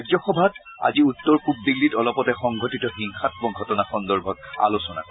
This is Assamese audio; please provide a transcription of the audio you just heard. ৰাজ্যসভাত আজি উত্তৰ পূব দিল্লীত অলপতে সংঘটিত হিংসাম্মক ঘটনা সন্দৰ্ভত আলোচনা হয়